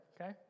okay